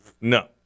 no